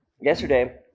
Yesterday